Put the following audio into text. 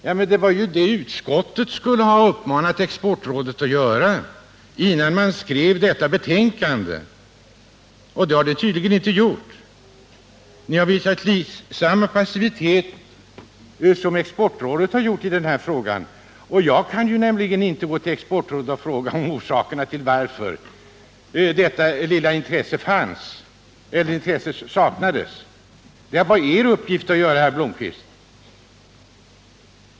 Ja, det var ju det utskottet skulle he uppmanat Exportrådet att göra innan detta betänkande framlades, men det har man tydligen inte gjort. Ni har visat samma passivitet som Exportrådet har gjort i den här frågan. Jag kan ju inte vända mig till Exportrådet och fråga om orsakerna till att detta intresse saknades. Det var er uppgift, herr Blomkvist.